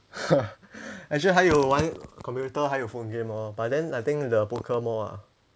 actually 还有玩 computer 还有 phone game lor but then I think the poker more ah